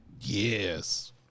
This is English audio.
Yes